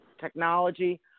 technology